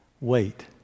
Wait